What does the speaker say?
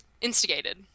Instigated